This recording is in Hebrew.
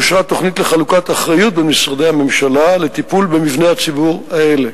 אושרה תוכנית לחלוקת אחריות במשרדי הממשלה לטיפול במבני הציבור האלה.